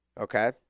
Okay